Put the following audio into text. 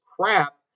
crap